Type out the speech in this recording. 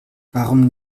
warum